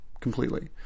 completely